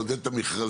לעודד את המכרזים,